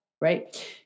right